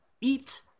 eat